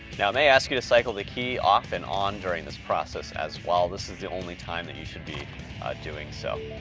now, it may ask you to cycle the key off and on during this process as well. this is the only time that you should be doing so.